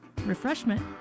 refreshment